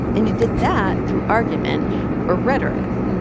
and you did that through argument or rhetoric.